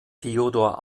theodor